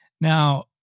Now